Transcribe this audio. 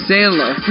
Sandler